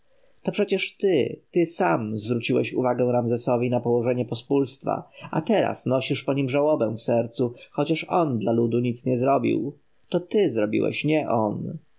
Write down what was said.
to przecież ty ty sam zwróciłeś uwagę ramzesowi na położenie pospólstwa a teraz nosisz po nim żałobę w sercu chociaż on dla ludu nic nie zrobił to ty zrobiłeś nie on